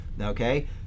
okay